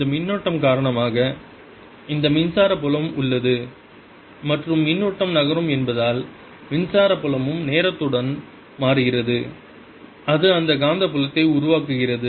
இந்த மின்னூட்டம் காரணமாக இந்த மின்சார புலம் உள்ளது மற்றும் மின்னூட்டம் நகரும் என்பதால் மின்சார புலமும் நேரத்துடன் மாறுகிறது அது அந்த காந்தப்புலத்தை உருவாக்குகிறது